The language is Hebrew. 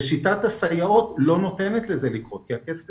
שיטת הסייעות לא נותנת לזה לקרות כי הכסף